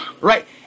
Right